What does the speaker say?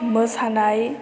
मोसानाय